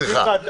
סליחה.